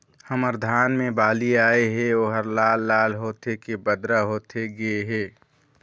हमर धान मे बाली आए हे ओहर लाल लाल होथे के बदरा होथे गे हे?